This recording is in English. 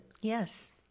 yes